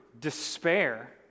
despair